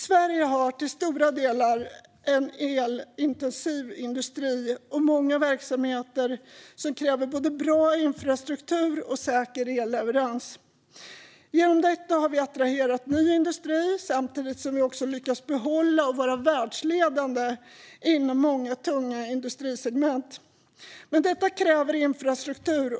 Sverige har till stora delar en elintensiv industri och många verksamheter som kräver både bra infrastruktur och säker elleverans. Genom detta har vi attraherat ny industri, samtidigt som vi också har lyckats behålla och vara världsledande inom många tunga industrisegment. Men detta kräver infrastruktur.